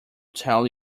tell